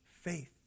Faith